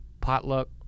potluck